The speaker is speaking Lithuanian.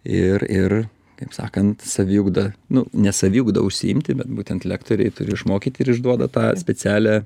ir ir kaip sakant saviugda nu ne saviugda užsiimti bet būtent lektoriai turi išmokyti ir išduoda tą specialią